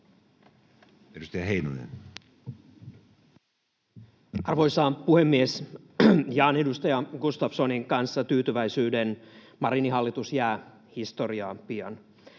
Edustaja Heinonen. Arvoisa puhemies! Jaan edustaja Gustafssonin kanssa tyytyväisyyden. Marinin hallitus jää historiaan pian.